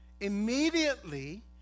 Immediately